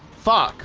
fuck